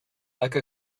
like